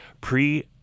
pre-